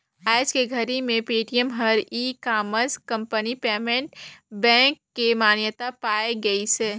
आयज के घरी मे पेटीएम हर e commerce company payment bank के मान्यता पाए गइसे